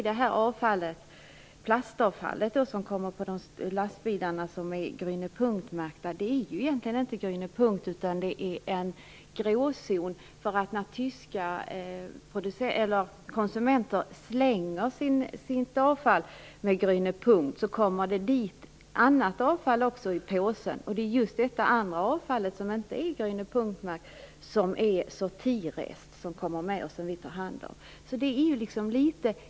Det plastavfall som kommer på Grüne Punkt-märkta lastbilar är egentligen inte Grüne Punkt, utan det handlar om en gråzon. När tyska konsumenter slänger sitt Grüne Punkt-avfall, kommer det också in annat avfall i påsen, och det just detta andra avfall, som är inte är Grüne Punkt-märkt utan som är Sortierrest, som vi tar hand om.